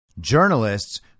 journalists